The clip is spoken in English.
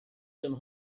some